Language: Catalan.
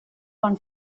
bon